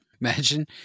Imagine